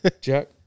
Jack